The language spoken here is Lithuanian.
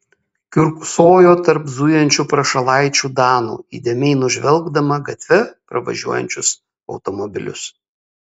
kiurksojo tarp zujančių prašalaičių danų įdėmiai nužvelgdama gatve pravažiuojančius automobilius